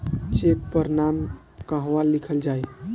Check पर नाम कहवा लिखल जाइ?